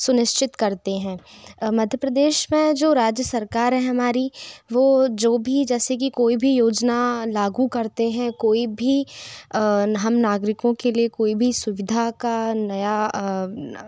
सुनिश्चित करते है मध्यप्रदेश मे जो राज्य सरकार है हमारी वो जो भी जैसे कि कोई भी योजना लागू करते है कोई भी हम नागरिकों के लिए कोई भी सुविधा का नया